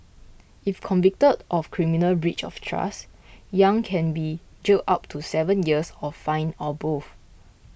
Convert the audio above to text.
if convicted of criminal breach of trust Yang can be jailed up to seven years or fined or both